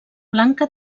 blanca